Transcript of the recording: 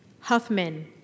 Huffman